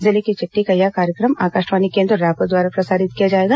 जिले की चिट्ठी का यह कार्यक्रम आकाशवाणी केंद्र रायपुर द्वारा प्रसारित किया जाएगा